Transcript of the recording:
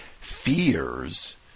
fears